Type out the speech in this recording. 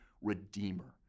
redeemer